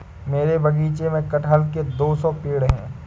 मेरे बगीचे में कठहल के दो सौ पेड़ है